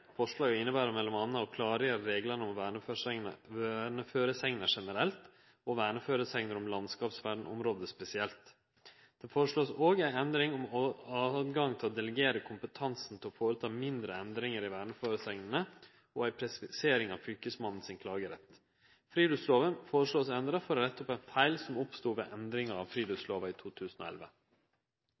Forslaget inneber bl.a. klargjering av reglane om verneføresegner generelt og verneføresegner om landskapsverneområde spesielt. Det vert òg foreslått ei endring om høve til å delegere kompetansen til å føreta mindre endringar i verneføresegnene og ei presisering av Fylkesmannen sin klagerett. Friluftslova vert forslått endra for å rette opp ein feil som oppstod ved endringa av friluftslova i 2011.